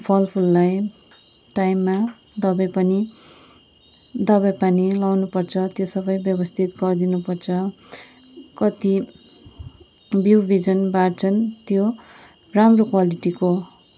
फलफुललाई टाइममा दबाई पनि दबाई पानी लगाउनु पर्छ त्यसो सबै व्यवस्थित गरदिनु पर्छ कति बिउ बिजन बाँड्छन् त्यो राम्रो क्वालिटीको